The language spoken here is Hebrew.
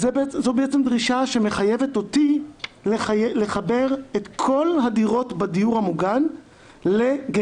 זו בעצם דרישה שמחייבת אותי לחבר את כל הדירות בדיור המוגן לגנרטור.